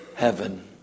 heaven